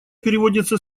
переводится